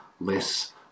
Less